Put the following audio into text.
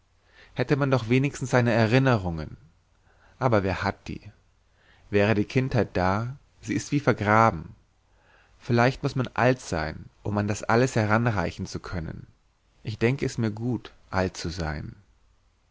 hätte man doch wenigstens seine erinnerungen aber wer hat die wäre die kindheit da sie ist wie vergraben vielleicht muß man alt sein um an das alles heranreichen zu können ich denke es mir gut alt zu sein